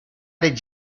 did